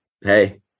hey